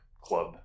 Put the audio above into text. club